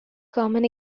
common